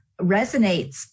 resonates